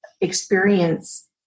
experience